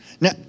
Now